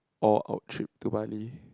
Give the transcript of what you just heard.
or our trip to Bali